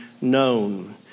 known